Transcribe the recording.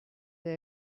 that